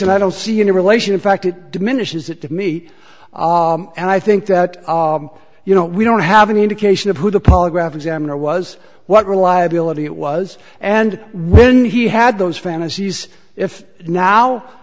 and i don't see any relation in fact it diminishes it to meet and i think that you know we don't have any indication of who the polygraph examiner was what reliability it was and when he had those fantasies if now